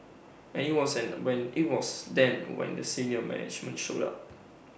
and IT was when IT was then we senior management showed up